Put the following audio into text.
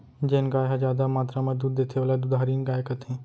जेन गाय ह जादा मातरा म दूद देथे ओला दुधारिन गाय कथें